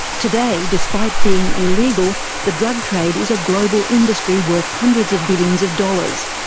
today, despite being illegal, the drug trade is a global industry worth hundreds of billions of dollars.